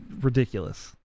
ridiculous